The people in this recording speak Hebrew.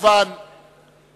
כמובן